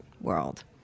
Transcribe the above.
world